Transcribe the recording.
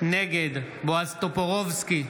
נגד בועז טופורובסקי,